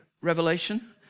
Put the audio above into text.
Revelation